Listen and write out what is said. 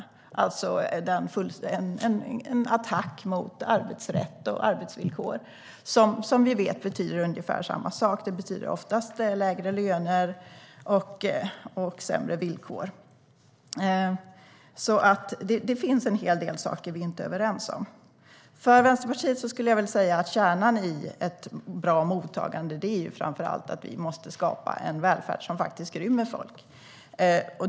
Det är alltså en attack mot arbetsrätt och arbetsvillkor som vi vet betyder ungefär samma sak. Det betyder oftast lägre löner och sämre villkor. Det finns alltså en hel del saker vi inte är överens om. För Vänsterpartiet, skulle jag vilja säga, är kärnan i ett bra mottagande framför allt att skapa en välfärd som faktiskt rymmer folk.